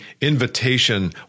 invitation